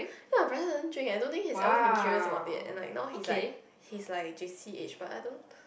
ya brother don't drink eh I don't think he's ever been curious about it and like now he's like he's like J_C age but I don't